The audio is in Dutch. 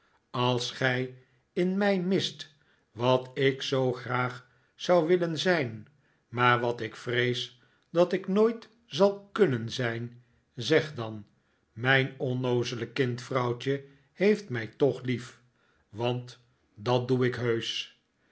als gij in mij mist wat ik zoo graag zou willen zijn maar wat ik vrees dat ik nooit zal kunnen zijn zeg dan mijn onnoozele kind vrouwtje heeft mij toch lief want dat doe ik